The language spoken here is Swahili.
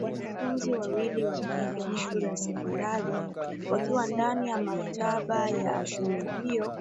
Wanafunzi wawili wakike wa shule ya sekondari wakiwa ndani ya maktaba ya shule hiyo